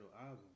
album